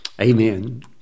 Amen